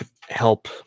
help